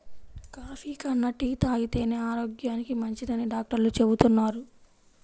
coffee కన్నా tea తాగితేనే ఆరోగ్యానికి మంచిదని డాక్టర్లు చెబుతున్నారు